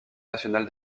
national